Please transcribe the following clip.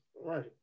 Right